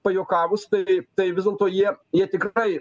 pajuokavus tai tai vis dėlto jie jie tikrai